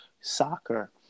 soccer